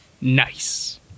Nice